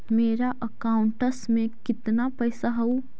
मेरा अकाउंटस में कितना पैसा हउ?